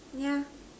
yeah